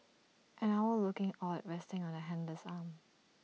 an owl looking awed resting on the handler's arm